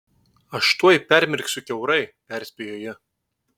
aš tuoj permirksiu kiaurai perspėjo ji